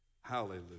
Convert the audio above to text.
Hallelujah